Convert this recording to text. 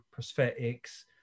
prosthetics